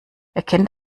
erkennt